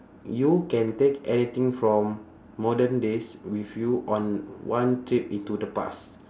you can take anything from modern days with you on one trip into the past